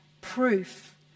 proof